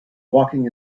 walking